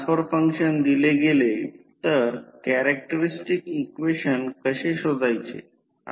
9 2 असेल तर power factor कोन आहे